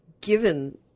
given